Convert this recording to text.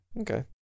Okay